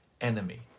enemy